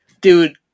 dude